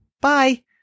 Bye